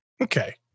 Okay